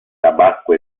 tabacco